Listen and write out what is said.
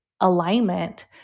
alignment